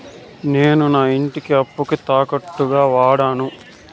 నేను నా ఇంటిని అప్పుకి తాకట్టుగా వాడాను